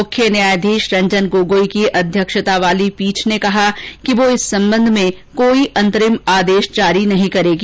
मुख्य न्यायाधीश रंजन गोगोई की अध्यक्षता वाली खण्डपीठ ने कहा कि वह इस संबंध में कोई अंतरिम आदेश जारी नहीं करेगी